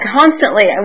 constantly